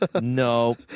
No